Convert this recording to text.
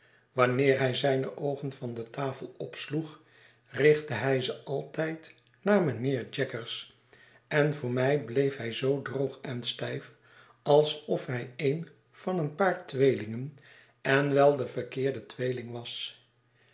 wanneer hij z'y'ne oogen van de tafel opsloeg richtte hij ze altijd naar mijnheer jaggers en voor mij bleefhij zoo droog en stijf alsof hij een van een paar tweelingen en wel de verkeerde tweeling was